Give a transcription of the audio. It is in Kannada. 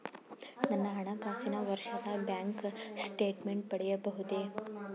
ನನ್ನ ಹಣಕಾಸಿನ ವರ್ಷದ ಬ್ಯಾಂಕ್ ಸ್ಟೇಟ್ಮೆಂಟ್ ಪಡೆಯಬಹುದೇ?